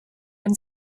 and